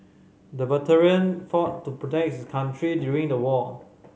the veteran fought to protect his country during the war